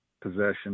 possession